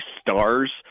stars